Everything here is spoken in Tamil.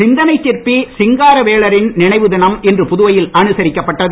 சிந்தனை சிற்பி சிங்காரவேலரின் நினைவு தினம் இன்று புதுவையில் அனுசரிக்கப்பட்டது